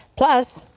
plus,